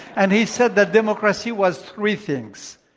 and he said that democracy was three things.